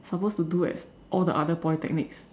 supposed to do at all the other polytechnics